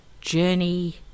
journey